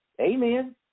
Amen